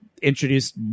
introduced